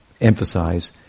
emphasize